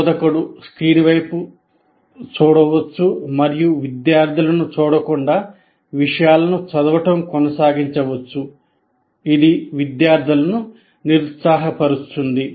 బోధకుడు స్క్రీన్ వైపు చూడవచ్చు మరియు విద్యార్థులను ఎదుర్కోకుండా విషయాలను చదవడం కొనసాగించవచ్చు ఇది విద్యార్థులను నిరుత్సాహపరుస్తుంది